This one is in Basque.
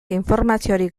informaziorik